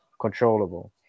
controllable